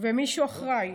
ומישהו אחראי.